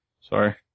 Sorry